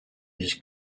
his